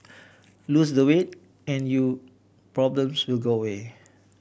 lose the weight and you problems will go away